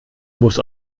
muss